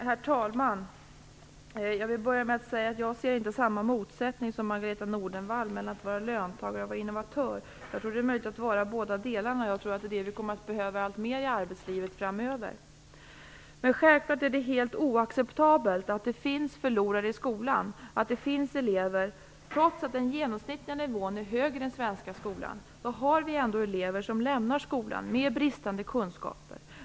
Herr talman! Jag vill börja med att säga att jag ser inte samma motsättning som Margareta E Nordenvall mellan att vara löntagare och att vara innovatör. Jag tror att det är möjligt att vara båda delarna. Jag tror att det är detta som vi kommer att behöva alltmer i arbetslivet framöver. Men självklart är det helt oacceptabelt att det finns förlorare i skolan, att det finns elever som, trots att den genomsnittliga nivån är högre i den svenska skolan, lämnar skolan med bristande kunskaper.